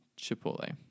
Chipotle